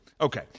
Okay